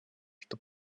что